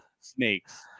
snakes